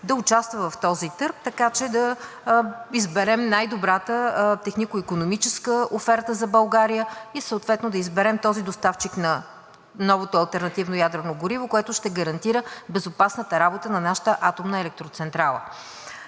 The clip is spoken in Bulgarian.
да участва в този търг, така че да изберем най-добрата технико-икономическа оферта за България и съответно да изберем този доставчик на новото алтернативно ядрено гориво, което ще гарантира безопасната работата на нашата атомна електроцентрала.